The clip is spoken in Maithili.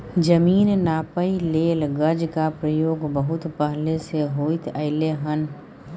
जमीन नापइ लेल गज के प्रयोग बहुत पहले से होइत एलै हन